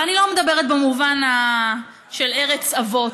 ואני לא מדברת במובן של ארץ אבות,